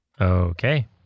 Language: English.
Okay